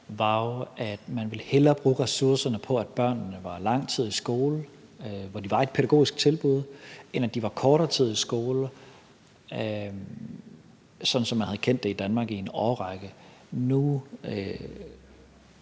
var jo, at man hellere ville bruge ressourcerne på, at børnene var lang tid i skole, hvor de var i et pædagogisk tilbud, end at de var kortere tid i skole, sådan som man havde kendt det i Danmark i en årrække. Nu